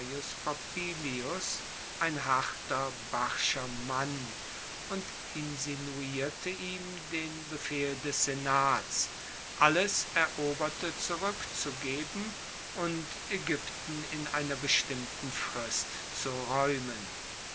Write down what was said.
ein harter barscher mann und insinuierte ihm den befehl des senats alles eroberte zurueckzugeben und aegypten in einer bestimmten frist zu raeumen